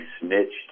snitched